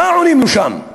מה עונים לו שם?